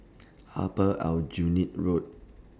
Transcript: Upper Aljunied Road